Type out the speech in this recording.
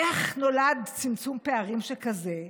איך נולד צמצום פערים שכזה?